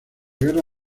guerra